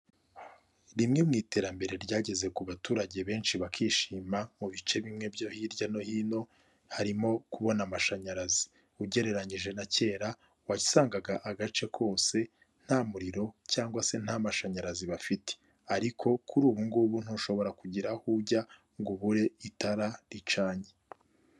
Rimwe mu iterambere ryageze ku baturage benshi bakishima mu bice bimwe byo hirya no hino harimo kubona amashanyarazi, ugereranyije na kera wayisangaga agace kose nta muriro cyangwa se nta mashanyarazi bafite ariko kuri ubu ngubu ntushobora kugira aho ujya ngo ubure itara ricanye.